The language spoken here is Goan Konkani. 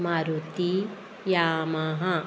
मारुती यामाहा